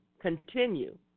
continue